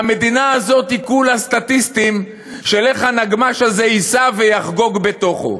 והמדינה הזאת היא כולה סטטיסטים של איך הנגמ"ש הזה ייסע ויחגגו בתוכו.